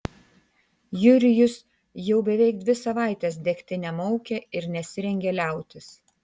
jurijus jau beveik dvi savaites degtinę maukia ir nesirengia liautis